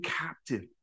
captive